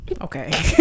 Okay